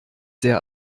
sehr